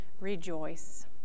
Rejoice